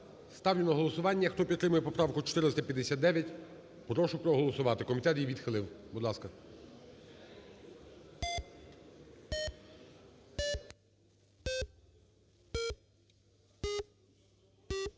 Ставлю на голосування. Хто підтримує поправку 459, прошу проголосувати. Комітет її відхилив. Будь ласка.